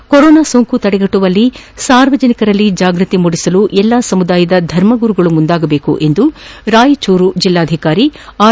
ಮಹಾಮಾರಿ ಕೊರೊನಾ ಸೋಂಕು ತಡೆಗಟ್ಟುವಲ್ಲಿ ಸಾರ್ವಜನಿಕರಲ್ಲಿ ಜಾಗೃತಿ ಮೂಡಿಸಲು ಎಲ್ಲ ಸಮುದಾಯದ ಧರ್ಮಗುರುಗಳು ಮುಂದಾಗಬೇಕು ಎಂದು ರಾಯಚೂರು ಜೆಲ್ಲಾಧಿಕಾರಿ ಆರ್